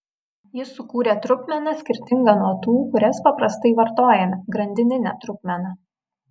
jis sukūrė trupmeną skirtingą nuo tų kurias paprastai vartojame grandininę trupmeną